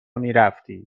میرفتی